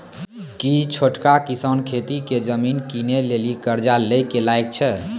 कि छोटका किसान खेती के जमीन किनै लेली कर्जा लै के लायक छै?